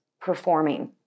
performing